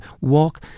walk